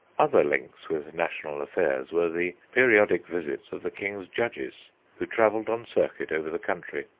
other links with national affairs were the periodic visits of the king's judges who travelled on circuit over the country,